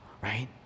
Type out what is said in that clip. right